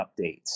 updates